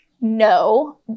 No